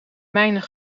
mijnen